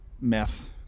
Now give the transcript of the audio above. meth